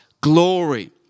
glory